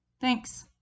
Thanks